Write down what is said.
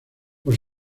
por